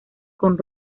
con